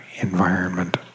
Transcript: environment